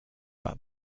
but